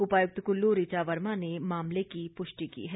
उपायुक्त कुल्लू ऋचा वर्मा ने मामले की पुष्टि की है